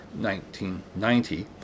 1990